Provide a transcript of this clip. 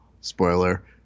spoiler